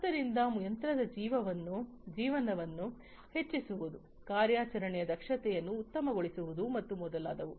ಆದ್ದರಿಂದ ಯಂತ್ರದ ಜೀವನವನ್ನು ಹೆಚ್ಚಿಸುವುದು ಕಾರ್ಯಾಚರಣೆಯ ದಕ್ಷತೆಯನ್ನು ಉತ್ತಮಗೊಳಿಸುವುದು ಮತ್ತು ಮೊದಲಾದವು